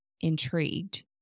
intrigued